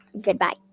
goodbye